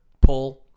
pull